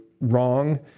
wrong